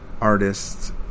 artist's